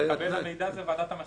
מקבל המידע זה ועדת המכרזים.